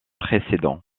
précédent